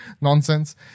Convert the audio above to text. nonsense